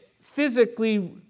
physically